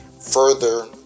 further